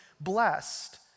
blessed